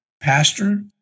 pastor